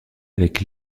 avec